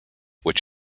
which